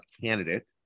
candidate